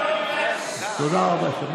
תודה רבה.